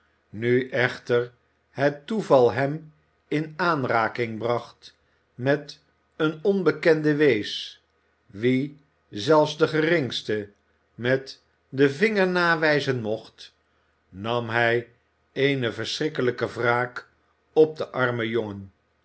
nu echter het toeval hem in aanraking bracht met een onbekenden wees wien zelfs de geringste met den vinger nawijzen mocht nam hij eene verschrikkelijke wraak op den armen jongen